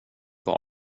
bara